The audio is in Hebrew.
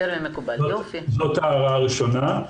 זאת ההערה הראשונה.